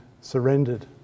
surrendered